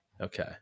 Okay